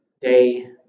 day